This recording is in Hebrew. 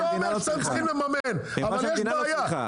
אני לא אומר שאתם צריכים לממן, אבל יש בעיה.